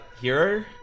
hero